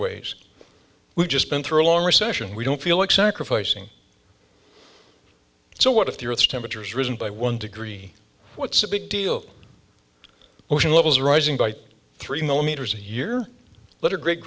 ways we've just been through a long recession we don't feel like sacrificing so what if the earth's temperature has risen by one degree what's a big deal ocean levels rising by three millimeters a year let a great